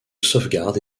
sauvegarde